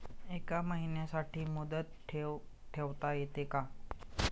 एका महिन्यासाठी मुदत ठेव ठेवता येते का?